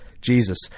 Jesus